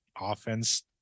offense